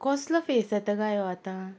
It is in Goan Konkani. कसलो फेस येता काय आतां